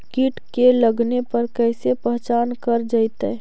कीट के लगने पर कैसे पहचान कर जयतय?